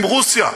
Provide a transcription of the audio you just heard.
עם רוסיה,